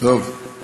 הכנסת מול משרד